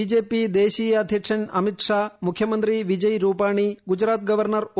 B J P ദേശീയാധ്യക്ഷൻ Amit Shah മുഖ്യമന്ത്രി Vijay Rupani Gujarat governor O